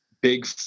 big